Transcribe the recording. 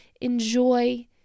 enjoy